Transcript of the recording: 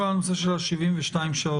כל הנושא של ה-72 שעות?